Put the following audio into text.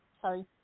Sorry